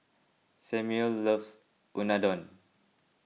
Samual loves Unadon